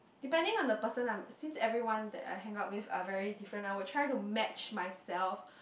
depending on the person lah since everyone that I hangout with are very different I would try to match myself